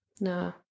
No